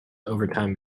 overtime